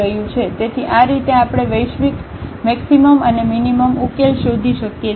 તેથી આ રીતે આપણે વૈશ્વિક મેક્સિમમ અને મીનીમમ ઉકેલ શોધી શકીએ છીએ